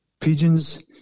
pigeons